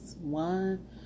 one